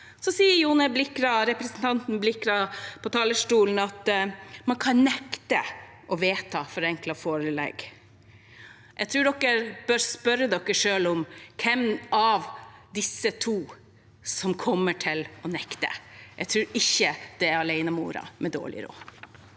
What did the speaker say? Ferrarien? Representanten Blikra sier fra talerstolen at man kan nekte å vedta et forenklet forelegg. Jeg tror man bør spørre seg selv om hvem av disse to som kommer til å nekte. Jeg tror ikke det er alenemoren med dårlig råd.